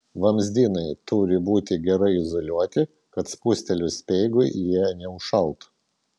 vamzdynai turi būti gerai izoliuoti kad spustelėjus speigui jie neužšaltų